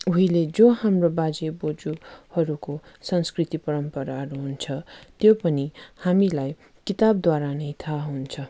उहिले जो हाम्रो बाजे बोजूहरूको संस्कृति परम्पराहरू हुन्छ त्यो पनि हामीलाई किताबद्वारा नै थाहा हुन्छ